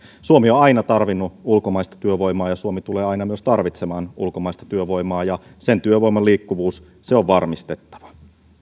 suomi on aina tarvinnut ulkomaista työvoimaa ja suomi tulee aina myös tarvitsemaan ulkomaista työvoimaa ja sen työvoiman liikkuvuus on varmistettava